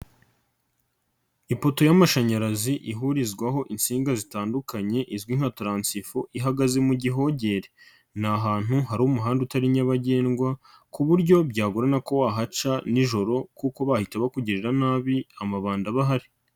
Ipoto y'amashanyarazi ihurizwaho insinga zitandukanye izwi nka taransifo ihagaze mu gihogere, ni ahantu hari umuhanda utari nyabagendwa ku buryo byagorana ko wahaca nijoro kuko bahita bakugirira nabi amabandi aba ahari.